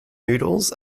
noodles